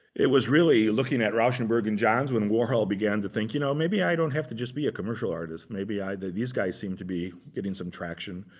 it was really, looking at rauschenberg and johns, when warhol began to think, you know maybe i don't have to just be a commercial artist. maybe, these guys seem to be getting some traction.